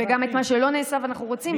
וגם את מה שלא נעשה ואנחנו רוצים לעשות.